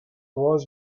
was